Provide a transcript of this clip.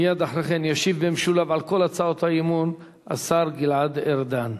מייד אחרי כן ישיב במשולב על כל הצעות האי-אמון השר גלעד ארדן.